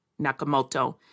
Nakamoto